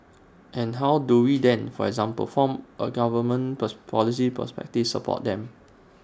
and how do we then for example from A government policy perspective support them